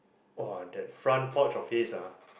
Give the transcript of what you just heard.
ah that front porch of his ah